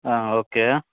ஆ okay